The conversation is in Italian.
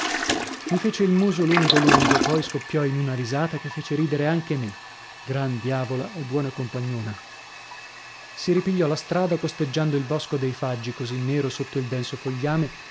mi fece il muso lungo lungo poi scoppiò in una risata che fece ridere anche me gran diavola e buona compagnona si ripigliò la strada costeggiando il bosco dei faggi così nero sotto il denso fogliame